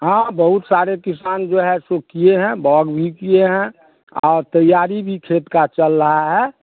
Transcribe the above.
हाँ बहुत सारे किसान जो है सो किए हैं बहुत भी किए है और तैयारी भी खेत की चल रही है